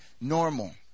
normal